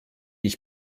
ich